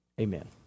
Amen